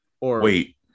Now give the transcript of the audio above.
Wait